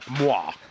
moi